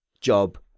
Job